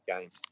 games